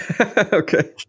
Okay